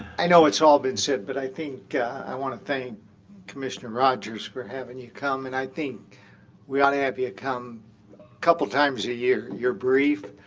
i know it's all been said, but i think i want to thank commissioner rodgers for having you come. and i think we ought to have you come a couple of times a year. you're brief,